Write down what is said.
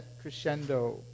crescendo